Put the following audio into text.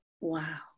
Wow